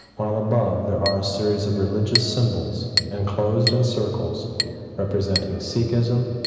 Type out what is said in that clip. while above, there are a series of religious symbols enclosed in circles representing sikhism,